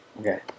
Okay